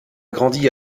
grandi